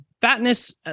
Fatness